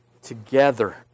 Together